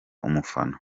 umufana